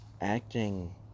acting